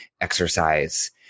exercise